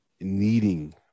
needing